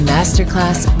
Masterclass